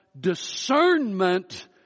discernment